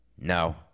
No